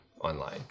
online